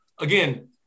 again